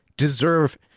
deserve